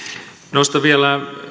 nostan vielä